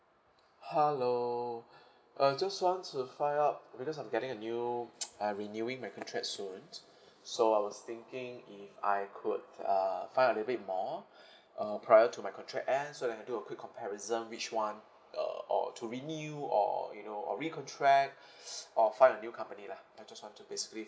hello I just want to find out because I'm getting a new I renewing my contract soon so I was thinking if I could uh find out a little bit more uh prior to my contract end so that I can do a quick comparison which one uh or to renew or you know or recontract or find a new company lah I just want to basically